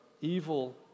evil